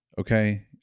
Okay